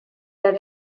der